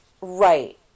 Right